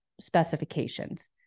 specifications